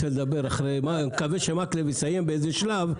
אני מקווה שמקלב יסיים באיזה שלב,